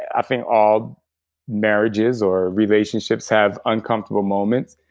i think all marriages or relationships have uncomfortable moments,